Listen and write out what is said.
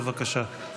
בבקשה.